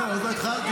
הכי רגישה?